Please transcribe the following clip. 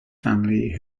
family